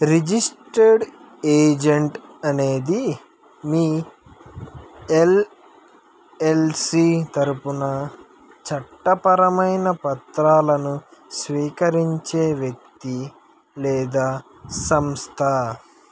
registered agent అనేది మీ LLC తరపున చట్టపరమైన పత్రాలను స్వీకరించే వ్యక్తి లేదా సంస్థ